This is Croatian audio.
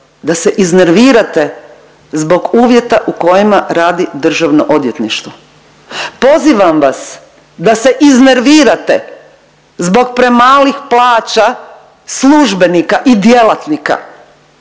da se iznervirate zbog uvjeta u kojima radi državno odvjetništvo. Pozivam vas da se iznervirate zbog premalih plaća službenika i djelatnika.